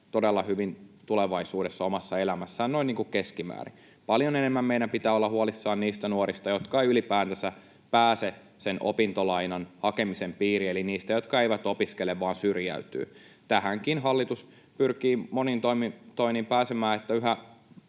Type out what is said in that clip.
todella hyvin tulevaisuudessa omassa elämässään, noin niin kuin keskimäärin. Paljon enemmän meidän pitää olla huolissamme niistä nuorista, jotka eivät ylipäätänsä pääse sen opintolainan hakemisen piiriin, eli niistä, jotka eivät opiskele vaan syrjäytyvät. Tähänkin hallitus pyrkii monin toimin pääsemään, että yhä